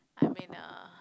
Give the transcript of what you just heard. I'm in a